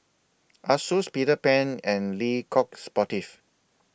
Asus Peter Pan and Le Coq Sportif